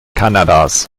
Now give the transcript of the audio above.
kanadas